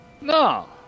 No